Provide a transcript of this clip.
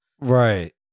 Right